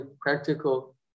practical